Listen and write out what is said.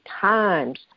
times